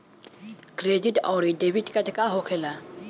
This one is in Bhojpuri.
क्रेडिट आउरी डेबिट कार्ड का होखेला?